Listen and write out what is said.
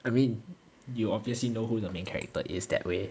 I mean you obviously know who the main character is that way